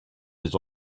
his